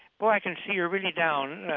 boy, i can see you're really down.